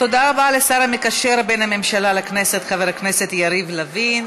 תודה רבה לשר המקשר בין הממשלה לכנסת חבר הכנסת יריב לוין.